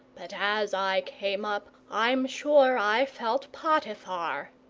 but as i came up i'm sure i felt potiphar!